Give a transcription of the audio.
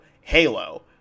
Halo